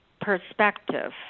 perspective